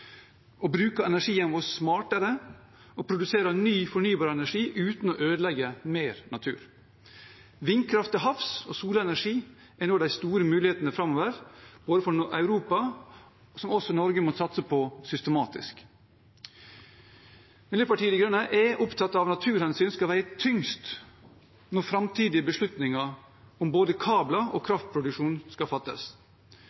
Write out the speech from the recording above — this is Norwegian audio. å ødelegge mer natur. Vindkraft til havs og solenergi er nå de store mulighetene framover for Europa, som også Norge systematisk må satse på. Miljøpartiet De Grønne er opptatt av at naturhensyn skal veie tyngst når framtidige beslutninger om både kabler og